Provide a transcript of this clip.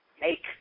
Make